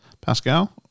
Pascal